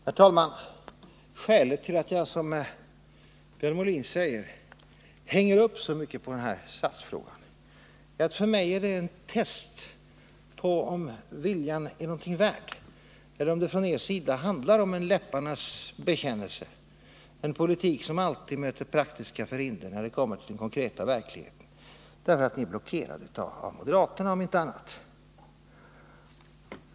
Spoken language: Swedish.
Herr talman! Skälet till att jag, som Björn Molin säger, hänger upp så mycket på frågan om SAS flyglinje till Johannesburg är att det för mig är ett test på om viljan är någonting värd eller om det från er sida bara handlar om en läpparnas bekännelse — en politik som alltid stoppas av praktiska förhinder när den kommer till den konkreta verkligheten, därför att ni är blockerade av moderaterna, om inte annat.